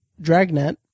Dragnet